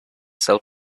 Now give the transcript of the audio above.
sell